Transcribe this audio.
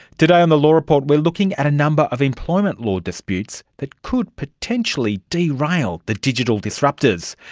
today on the law report we're looking at a number of employment law disputes that could potentially derail the digital disruptors.